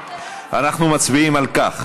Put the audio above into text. אנחנו מצביעים על כך